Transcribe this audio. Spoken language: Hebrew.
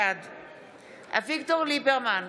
בעד אביגדור ליברמן,